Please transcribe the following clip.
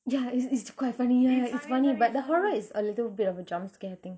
ya it's it's quite funny ya ya it's funny but the horror is a little but of a jump scare thing